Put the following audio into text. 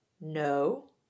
No